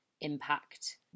impact